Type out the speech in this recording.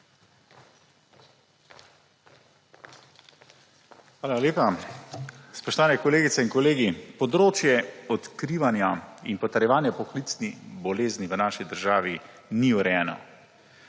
Hvala lepa. Spoštovane kolegice in kolegi! Področje odkrivanja in potrjevanja poklicnih bolezni v naši državi ni urejeno,